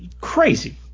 crazy